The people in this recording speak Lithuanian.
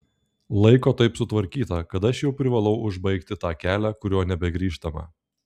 laiko taip sutvarkyta kad aš jau privalau užbaigti tą kelią kuriuo nebegrįžtama